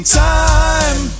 time